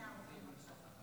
חוק הגז